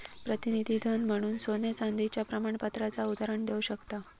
प्रतिनिधी धन म्हणून सोन्या चांदीच्या प्रमाणपत्राचा उदाहरण देव शकताव